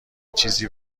چیزی